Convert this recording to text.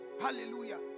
hallelujah